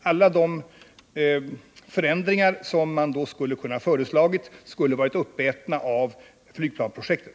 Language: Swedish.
Alla de förändringar som man då skulle ha kunnat föreslå skulle ha ätits upp av flygplansprojektet.